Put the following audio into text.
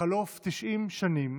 בחלוף 90 שנים,